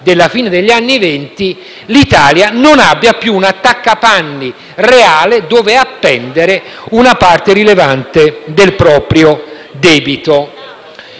della fine degli anni Venti, l'Italia non abbia più un attaccapanni reale dove appendere una parte rilevante del proprio debito.